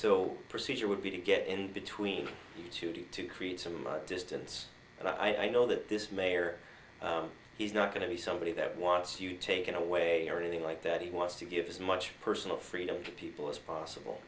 so procedure would be to get in between the two to create some distance but i know that this mayor he's not going to be somebody that wants you taken away or anything like that he wants to give as much personal freedom to people as possible